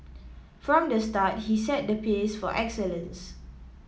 from the start he set the pace for excellence